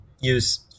use